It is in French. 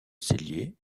cellier